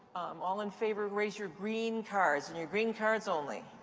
all in favor, raise your green cards, and your green cards only.